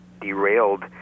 derailed